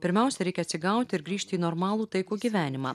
pirmiausia reikia atsigauti ir grįžti į normalų taikų gyvenimą